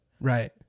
Right